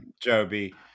Joby